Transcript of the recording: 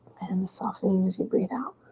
and soften um as you breathe out.